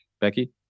Becky